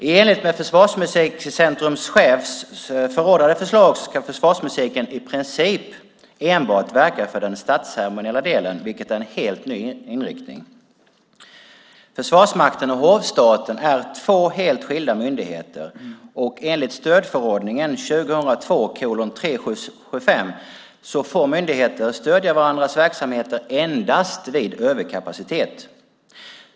I enlighet med Försvarsmusikcentrums chefs förordade förslag ska försvarsmusiken i princip enbart verka för den statsceremoniella delen, vilket är en helt ny inriktning. Försvarsmakten och Hovstaten är två helt skilda myndigheter, och enligt stödförordningen 2002:375 får myndigheter stödja varandras verksamheter endast vid överkapacitet.